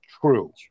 true